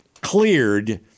cleared –